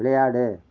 விளையாடு